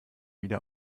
wieder